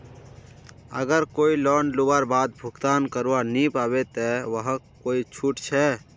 अगर कोई लोन लुबार बाद भुगतान करवा नी पाबे ते वहाक कोई छुट छे?